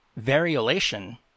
variolation